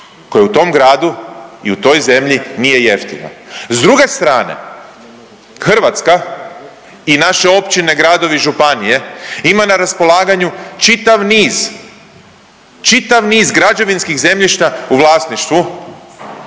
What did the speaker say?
koje u tom gradu i u toj zemlji nije jeftino. S druge strane Hrvatska i naše općine, gradovi i županije ima na raspolaganju čitav niz, čitav niz građevinskih zemljišta u vlasništvu